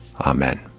Amen